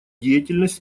деятельность